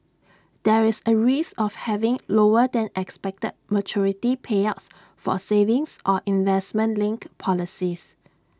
there is A risk of having lower than expected maturity payouts for A savings or investment linked policies